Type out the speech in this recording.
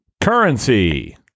Currency